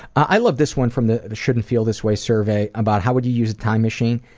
i love this one from the shouldn't feel this way survey, about how would you use a time machine.